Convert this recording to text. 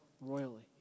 royally